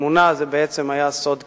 אמונה זה בעצם היה סוד קיומו.